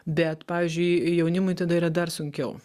bet pavyzdžiui jaunimui tada yra dar sunkiau